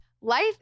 life